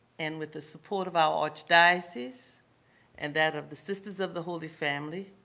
and with the support of our archdiocese and that of the sisters of the holy family,